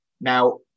Now